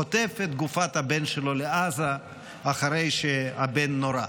חוטף את גופת הבן שלו לעזה אחרי שהבן נורה.